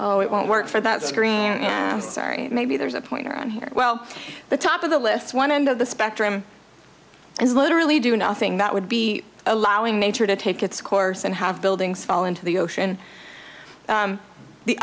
oh it won't work for that screen sorry maybe there's a point around here well the top of the lists one end of the spectrum is literally do nothing that would be allowing nature to take its course and have buildings fall into the ocean